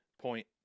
point